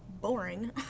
boring